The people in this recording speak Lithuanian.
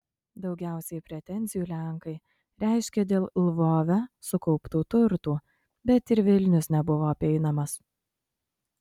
daugiausiai pretenzijų lenkai reiškė dėl lvove sukauptų turtų bet ir vilnius nebuvo apeinamas